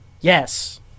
yes